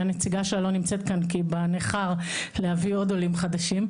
שהנציגה שלה לא נמצאת כאן כי היא בניכר להביא עוד עולים חדשים,